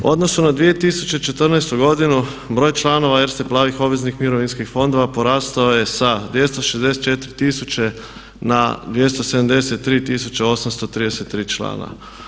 U odnosu na 2014.godinu broj članova Erste Plavih obveznih mirovinskih fondova porastao je sa 264 tisuće na 273 tisuće 833 člana.